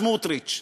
סמוטריץ: